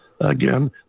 again